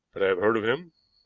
but i have heard of him.